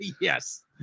yes